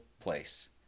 place